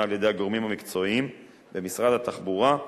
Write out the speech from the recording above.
על-ידי הגורמים המקצועיים במשרד התחבורה,